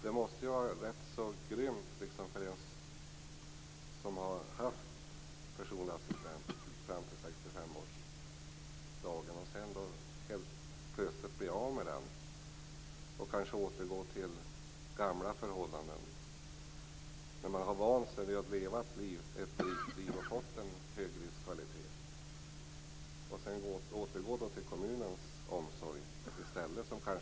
Det måste vara rätt grymt för en människa som har haft personlig assistent fram till 65-årsdagen att helt plötsligt bli av med denna och kanske återgå till gamla förhållanden. När man har vant sig vid att leva ett rikt liv och fått en högre livskvalitet är det svårt att återgå till kommunens omsorg i stället.